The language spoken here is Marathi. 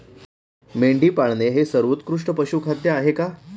मेंढी पाळणे हे सर्वोत्कृष्ट पशुखाद्य आहे का?